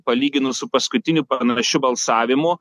palyginus su paskutiniu panašiu balsavimu